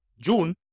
June